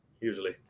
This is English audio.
usually